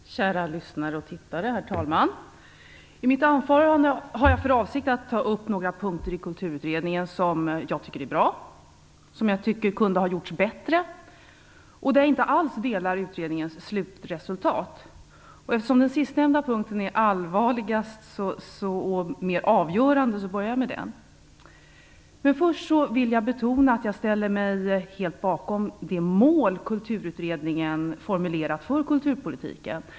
Herr talman! Kära lyssnare och tittare! I mitt anförande har jag för avsikt att ta upp några punkter i Kulturutredningen som jag tycker är bra, några punkter som jag tycker kunde ha gjorts bättre och punkter där jag inte alls delar utredningens slutsats. Eftersom det sistnämnda är allvarligast och avgörande börjar jag med det. Först vill jag betona att jag helt ställer mig bakom de mål som Kulturutredningen formulerat för kulturpolitiken.